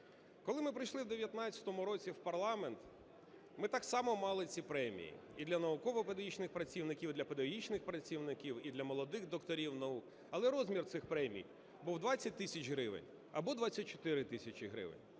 Коли ми прийшли в 2019 році в парламент, ми так само мали ці премії і для науково-педагогічних працівників, і для педагогічних працівників, і для молодих докторів наук, але розмір цих премій був 20 тисяч гривень або 24 тисячі гривень.